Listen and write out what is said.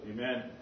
Amen